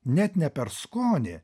net ne per skonį